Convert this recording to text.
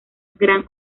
gran